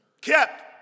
Kept